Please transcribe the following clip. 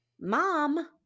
Mom